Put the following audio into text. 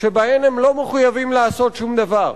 שבהן הם לא מחויבים לעשות שום דבר.